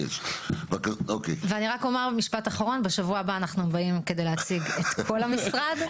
בשבוע הבא אנחנו באים כדי להציג את כל המשרד.